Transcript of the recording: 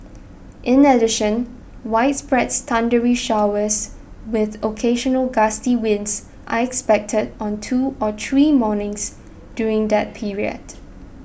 in addition widespread thundery showers with occasional gusty winds are expected on two or three mornings during that period